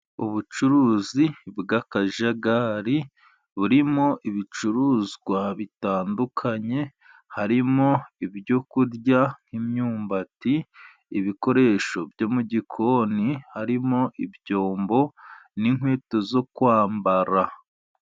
Ubucuruzi bw'akajagari burimo ibicuruzwa bitandukanye, harimo ibyo kurya imyumbati, ibikoresho byo mu gikoni, harimo ibyombo n'inkweto zo kwambara.